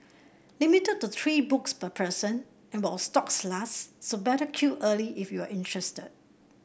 limited to three books per person and while stocks last so better queue early if you're interested